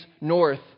north